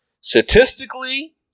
statistically